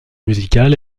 musicale